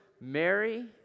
Mary